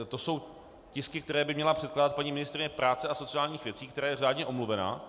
To jsou tisky, které by měla předkládat paní ministryně práce a sociálních věcí, která je řádně omluvena.